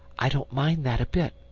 i don't mind that a bit,